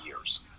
years